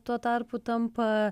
tuo tarpu tampa